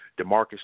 Demarcus